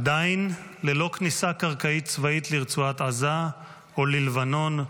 עדיין ללא כניסה קרקעית צבאית לרצועת עזה או ללבנון,